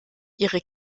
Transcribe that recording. ihre